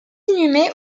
inhumé